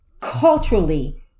culturally